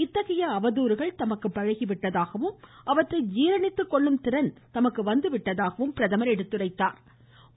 இத்தகைய அவதாறுகள் தமக்கு பழகிவிட்டதாகவும் அவற்றை ஜீரணித்துக்கொள்ளும் திறன் தமக்கு வந்துவிட்டதாகவும் பிரதமா் எடுத்துரைத்தாா்